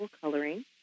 coloring